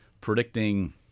predicting